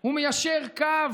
הוא מיישר קו